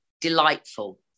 delightful